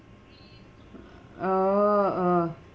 uh uh